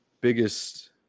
biggest